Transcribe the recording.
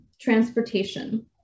transportation